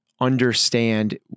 understand